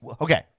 okay